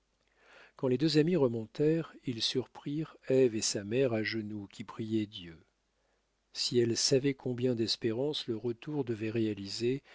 quand les deux amis remontèrent ils surprirent ève et sa mère à genoux qui priaient dieu si elles savaient combien d'espérances le retour devait réaliser